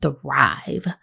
thrive